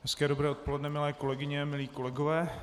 Hezké dobré odpoledne, milé kolegyně, milí kolegové.